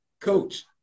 coach